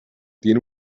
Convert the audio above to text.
tiene